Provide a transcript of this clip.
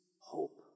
hope